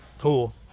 cool